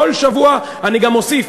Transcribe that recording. כל שבוע אני גם מוסיף,